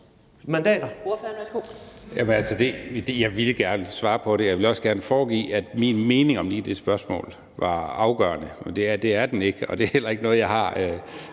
mandater.